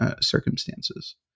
circumstances